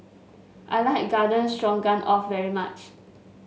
I like Garden Stroganoff very much